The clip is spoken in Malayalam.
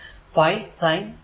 അത് 2400πsin 200πt